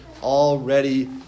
already